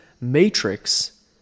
matrix